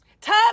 Time